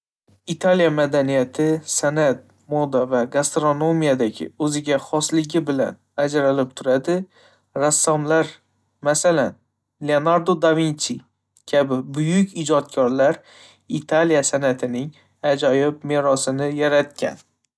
Italiya madaniyati san'at, moda va gastronomiyadagi o'ziga xosligi bilan ajralib turadi. Rassomlar, masalan, Leonardo da Vinci kabi buyuk ijodkorlar Italiya san'atining ajoyib merosini yaratgan.